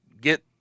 get